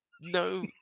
No